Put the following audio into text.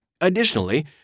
Additionally